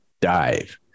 dive